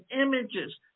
images